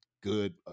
good